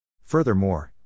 Furthermore